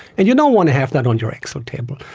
and you don't want to have that on your excel table.